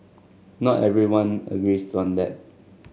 not everyone agrees on that